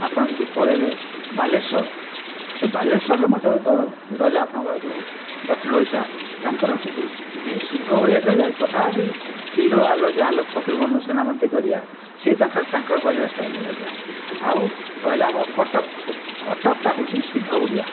ଆପଣ ଯଦି ପଳାଇବେ ବାଲେଶ୍ୱର ସେ ବାଲେଶ୍ୱରରେ ମଧ୍ୟ ରହିଲା ଆପାଣଙ୍କର ଯେଉଁ ଦକ୍ଷିଣ ଓଡ଼ିଶା ତାଙ୍କର କିନ୍ତୁ ଟିକିଏ ଶୁଦ୍ଧ ଓଡ଼ିଆ କହିବେ ତଥାପି କିଲୋ ଆଲୋ ଯାଲୋ ଫକୀରମୋହନ ସେନାପତିଙ୍କ ଏରିଆ ସିଏ ତାଙ୍କର କହିବା ଷ୍ଟାଇଲ୍ ଅଲଗା ଆଉ ରହିଲା ଆମର କଟକ କଟକଟା ହେଉଛି ଶୁଦ୍ଧ ଓଡ଼ିଆ